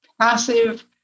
passive